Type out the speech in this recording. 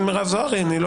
אני לא